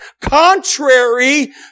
contrary